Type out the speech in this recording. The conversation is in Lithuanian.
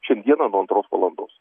šiandieną nuo antros valandos